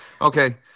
okay